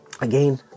again